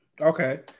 Okay